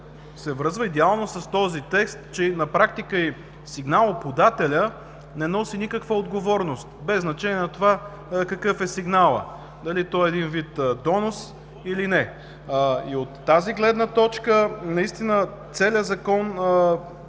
От тази гледна точка наистина целият Закон